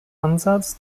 ansatz